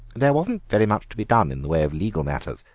there wasn't very much to be done in the way of legal matters,